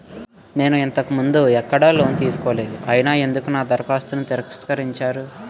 నేను ఇంతకు ముందు ఎక్కడ లోన్ తీసుకోలేదు అయినా ఎందుకు నా దరఖాస్తును తిరస్కరించారు?